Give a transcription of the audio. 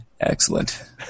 Excellent